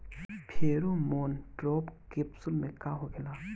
Pheromone trap capsule में का होला?